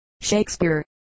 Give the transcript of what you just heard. Shakespeare